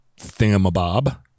thingamabob